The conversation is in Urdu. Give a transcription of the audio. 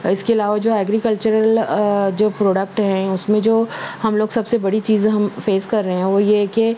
اس کے علاوہ جو ایگریکلچرل جو پروڈکٹ ہیں اس میں جو ہم لوگ سب سے بڑی چیز ہم فیس کر رہے ہیں وہ یہ کہ